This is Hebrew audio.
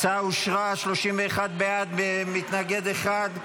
31 בעד, מתנגד אחד.